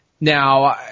Now